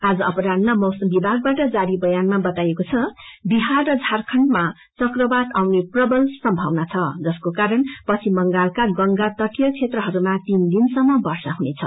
आज अपरान्ह मौसम विभागवाट जारी बयानमा बताईएको छ कि विहार र झारखण्डमा चक्रवाात आउने सम्भावना छ जसको कारण पश्चिम बंगालको गंगा तटीय क्षेत्रहयमा तीन दिनसम्म वर्षा हुनेछ